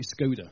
Skoda